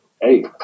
Hey